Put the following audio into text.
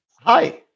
Hi